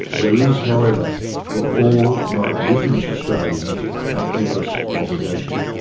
there is however for all non-indigenous australians an endless obligation.